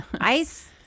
ice